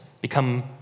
become